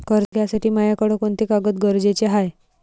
कर्ज घ्यासाठी मायाकडं कोंते कागद गरजेचे हाय?